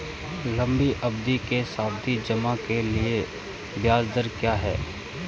लंबी अवधि के सावधि जमा के लिए ब्याज दर क्या है?